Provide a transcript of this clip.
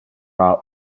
are